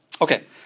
Okay